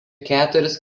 keturis